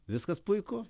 viskas puiku